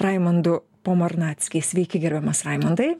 raimundu pomarnacki sveiki gerbiamas raimundai